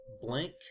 blank